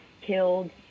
killed